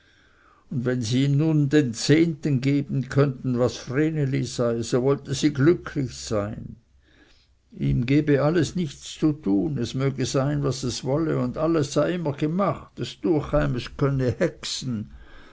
bleiben wenn sie ihm nur den zehnten eingeben könnte was vreneli sei so wollte sie glücklich sein ihm gebe alles nichts zu tun es möge sein was es wolle und alles sei immer gemacht es düech eim es könne hexen